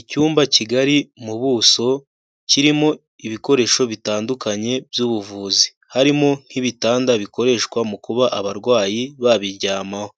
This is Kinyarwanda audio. Icyumba kigari mu buso kirimo ibikoresho bitandukanye by'ubuvuzi, harimo nk'ibitanda bikoreshwa mu kuba abarwayi babiryamaho,